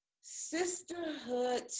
sisterhood